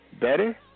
better